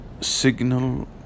signal